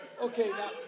Okay